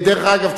דרך אגב,